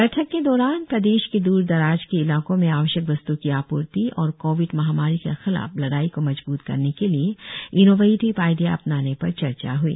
बैठक के दौरान प्रदेश के दूरदराज के इलाकों में आवश्यक वस्त्ओं की आप्र्ति और कोविड महामारी के खिलाफ लड़ाई को मजबूत करने के लिए इनोवेटिव आईडिया अपनाने पर चर्चा हुई